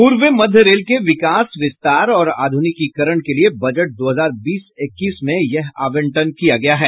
पूर्व मध्य रेल के विकास विस्तार और आधुनिकीकरण के लिए बजट दो हजार बीस इक्कीस में यह आवंटन किया गया है